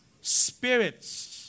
Spirits